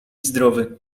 zdrowy